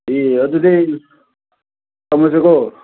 ꯑꯦ ꯑꯗꯨꯗꯤ ꯊꯝꯂꯁꯤꯀꯣ